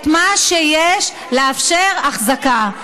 זה את מה שיש, לאפשר אחזקה.